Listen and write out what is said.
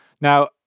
Now